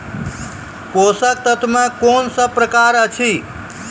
पोसक तत्व मे कून सब प्रकार अछि?